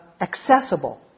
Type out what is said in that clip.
accessible